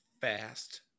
Fast